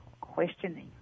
questioning